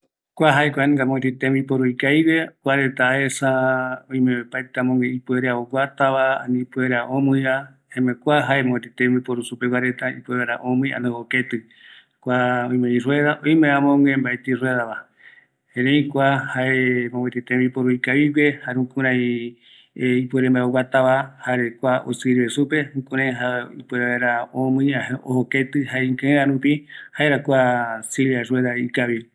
Kua guapɨka oguatava, jaeko tembiporu ikavigueva, amogue ipuerea oguatambae varetape, kua öime guinoi ijɨrɨka, jaema jaeiño guirota vaera iyeɨpe